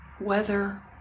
weather